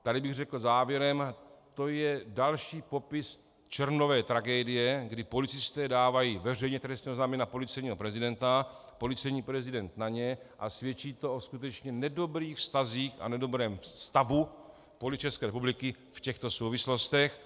Tady bych řekl závěrem, že je to další popis červnové tragédie, kdy policisté dávají veřejně trestní oznámení na policejního prezidenta, policejní prezident na ně, a svědčí to o skutečně nedobrých vztazích a nedobrém stavu Policie České republiky v těchto souvislostech.